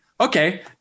okay